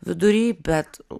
vidury bet